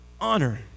honor